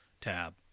tab